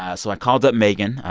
ah so i called up megan.